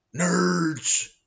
nerds